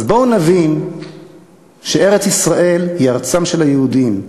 אז בואו נבין שארץ-ישראל היא ארצם של היהודים.